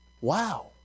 Wow